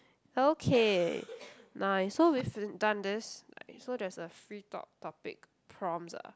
okay nice so we've done this nice so there's a free talk topic prompts ah